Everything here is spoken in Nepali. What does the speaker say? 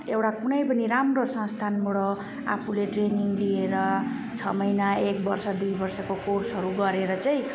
एउटा कुनै पनि राम्रो संस्थानबाट आफूले ट्रेनिङ लिएर छ महिना एक वर्ष दुई वर्षको कोर्सहरू गरेर चाहिँ